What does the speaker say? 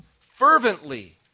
fervently